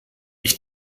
ich